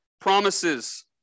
promises